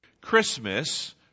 Christmas